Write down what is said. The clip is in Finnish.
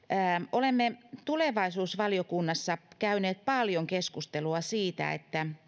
olemme tulevaisuusvaliokunnassa käyneet paljon keskustelua siitä että